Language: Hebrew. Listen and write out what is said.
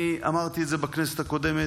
אני אמרתי את זה בכנסת הקודמת,